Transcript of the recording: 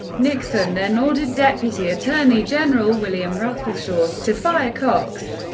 nixon then ordered deputy attorney general william ruckelshaus to fire cox,